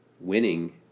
winning